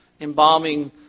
embalming